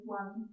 one